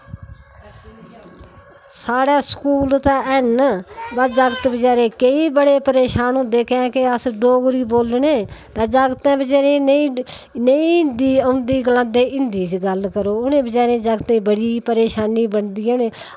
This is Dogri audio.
साढ़ै स्कूल दे हैन व जागत बचैरे केईं बड़े परेशान होंदे कैंह् के अस डोगरी बोलने ते जागतें बचैरे गी नेईं नेईं हिन्दी औंदी गलांदे हिन्दी च गल्ल करो उ'नें बचैरें जागतें गी बड़ी परेशानी बनदी ऐ उ'नेंगी